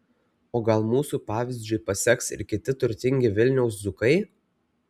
o gal mūsų pavyzdžiu paseks ir kiti turtingi vilniaus dzūkai